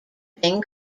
bing